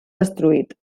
destruït